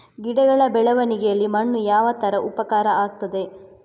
ಗಿಡಗಳ ಬೆಳವಣಿಗೆಯಲ್ಲಿ ಮಣ್ಣು ಯಾವ ತರ ಉಪಕಾರ ಆಗ್ತದೆ?